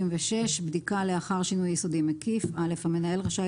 96.בדיקה לאחר שינוי יסודי מקיף המנהל רשאי